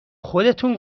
خودتون